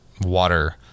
water